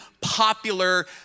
popular